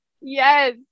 Yes